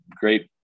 great